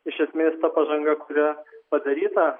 iš esmės pažanga kurią padaryta